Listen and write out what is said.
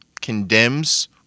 condemns